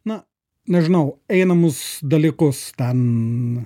na nežinau einamus dalykus ten